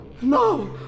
no